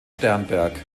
sternberg